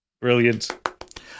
Brilliant